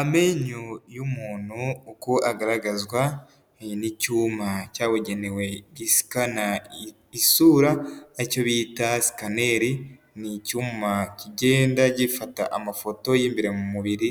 Amenyo y'umuntu uko agaragazwa n'icyuma cyabugenewe gisikana isura, ari cyo bita sikaneri, ni icyuma kigenda gifata amafoto y'imbere mu mubiri,